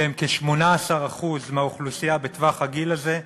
שהם כ-18% מהאוכלוסייה בטווח הגיל הזה,